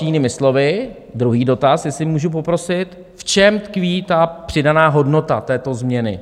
Jinými slovy druhý dotaz, jestli můžu poprosit, v čem tkví ta přidaná hodnota této změny?